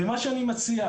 ומה שאני מציע,